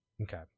Okay